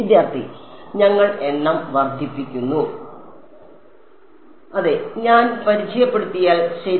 വിദ്യാർത്ഥി ഞങ്ങൾ എണ്ണം വർദ്ധിപ്പിക്കുന്നു അതെ ഞാൻ പരിചയപ്പെടുത്തിയാൽ ശരി